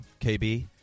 KB